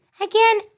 Again